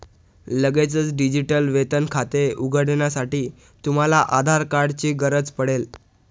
लगेचच डिजिटल वेतन खाते उघडण्यासाठी, तुम्हाला आधार कार्ड ची गरज पडेल